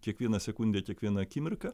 kiekvieną sekundę kiekvieną akimirką